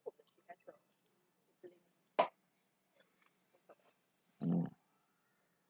mm